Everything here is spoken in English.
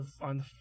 on